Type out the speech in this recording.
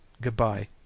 Goodbye